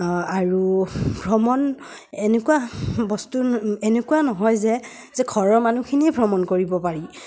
আৰু ভ্ৰমণ এনেকুৱা বস্তু এনেকুৱা নহয় যে যে ঘৰৰ মানুহখিনিয়ে ভ্ৰমণ কৰিব পাৰি